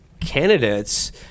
candidates